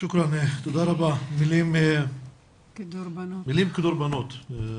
תודה רבה, מילים כדורבנות, חזקות,